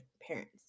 parents